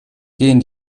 gehen